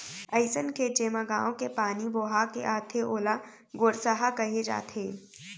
अइसन खेत जेमा गॉंव के पानी बोहा के आथे ओला गोरसहा कहे जाथे